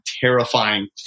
terrifying